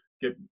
get